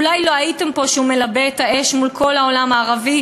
אולי לא הייתם פה כשהוא מלבה את האש מול כל העולם הערבי,